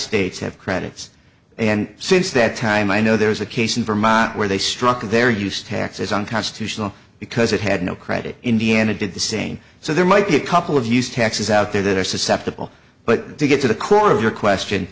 states have credits and since that time i know there is a case in vermont where they struck their used tax as unconstitutional because it had no credit indiana did the same so there might be a couple of used taxes out there that are susceptible but to get to the core of your question